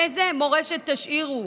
איזו מורשת תשאירו?